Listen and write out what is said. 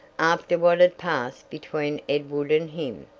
after what had passed between edward and him.